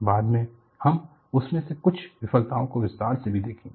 बाद में हम इनमें से कुछ विफलताओं को विस्तार से भी देखेंगे